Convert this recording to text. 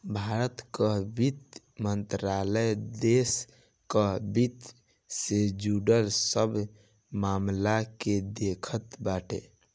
भारत कअ वित्त मंत्रालय देस कअ वित्त से जुड़ल सब मामल के देखत बाटे